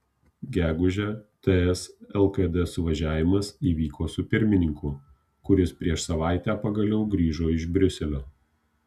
gegužę ts lkd suvažiavimas įvyko su pirmininku kuris prieš savaitę pagaliau grįžo iš briuselio